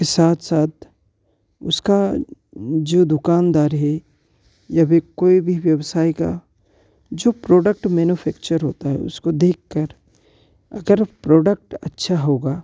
के साथ साथ उसका जो दुकानदार है या भी कोई भी व्यवसाय का जो प्रोडक्ट मैनूफैक्चर होता है उसको देखकर अगर प्रोडक्ट अच्छा होगा